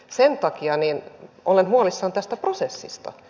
sen takia olen huolissani tästä prosessista